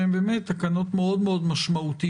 שהן באמת תקנות מאוד מאוד משמעותיות,